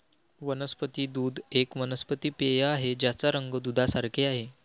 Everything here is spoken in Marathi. वनस्पती दूध एक वनस्पती पेय आहे ज्याचा रंग दुधासारखे आहे